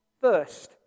first